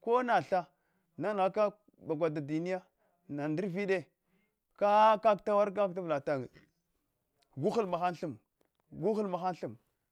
kona tha na nghaka bagwo dadiniya na ndrvide kakak tawar da vla tannye guhal mahan gu hal mahan thin guhal maham thin